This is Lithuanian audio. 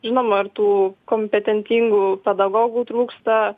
žinoma ir tų kompetentingų pedagogų trūksta